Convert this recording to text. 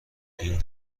این